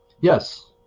yes